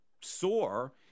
soar